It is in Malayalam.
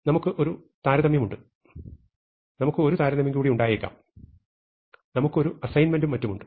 നമുക്ക് ഒരു താരതമ്യം ഉണ്ട് നമുക്ക് ഒരു താരതമ്യം കൂടി ഉണ്ടായേക്കാം നമുക്ക് ഒരു അസ്സൈന്മെന്റും മറ്റും ഉണ്ട്